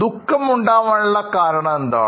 ദുഃഖം ഉണ്ടാവാനുള്ള കാരണം എന്താണ്